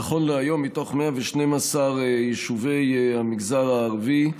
נכון להיום, מתוך 112 יישובי המגזר הערבי,